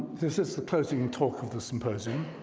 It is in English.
this is the closing talk of the symposium.